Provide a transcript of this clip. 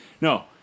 No